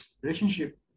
relationship